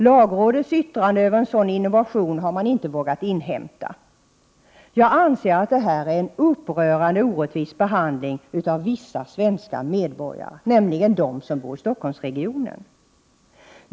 Lagrådets yttrande över en sådan innovation har man inte vågat inhämta. Jag anser att detta är en upprörande orättvis behandling av vissa svenska medborgare, nämligen dem som bor i Stockholmsregionen.